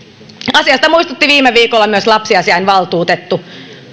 asiasta muistutti viime viikolla myös lapsiasiainvaltuutettu